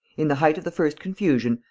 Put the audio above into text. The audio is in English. in the height of the first confusion,